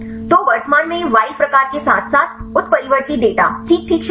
तो वर्तमान में यह वाइल्ड प्रकार के साथ साथ उत्परिवर्ती डेटा ठीक ठीक शामिल है